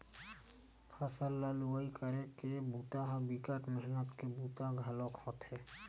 फसल ल लुवई करे के बूता ह बिकट मेहनत के बूता घलोक होथे